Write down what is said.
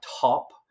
top